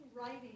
writing